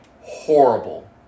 horrible